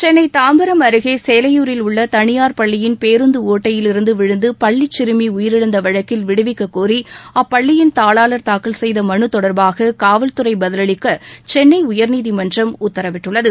சென்னை தாம்பரம் அருகே சேலையூரில் உள்ள தனியார் பள்ளியின் பேருந்து ஒட்டையிலிருந்து விழுந்து பள்ளி சிறுமி உயிரிழந்த வழக்கில் விடுவிக்க கோரி அப்பள்ளியின் தாளாளா் தாக்கல் செய்த மனு தொடர்பாக காவல்துறை பதிலளிக்க சென்னை உயர்நீதிமன்றம் உத்தரவிட்டுள்ளது